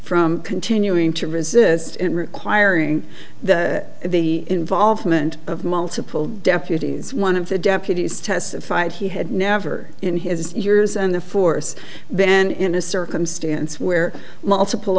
from continuing to resist and requiring the involvement of multiple deputies one of the deputies testified he had never in his years and the force then in a circumstance where multiple